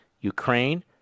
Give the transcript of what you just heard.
Ukraine